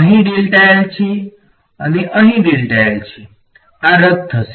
અહીં છે અને અહીં છે આ રદ થશે